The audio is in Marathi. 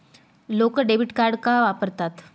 लोक डेबिट कार्ड का वापरतात?